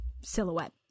silhouette